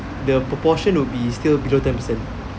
the proportion will be still below ten per cent